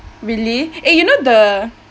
really eh you know the